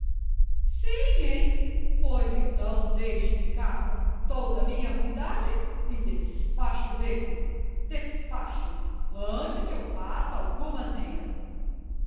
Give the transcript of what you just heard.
hein pois então deixe-me cá com toda a minha ruindade e despache o beco despache o antes que eu faça alguma asneira